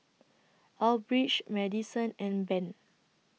Elbridge Madisen and Ben